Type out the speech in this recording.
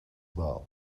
well